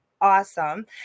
Awesome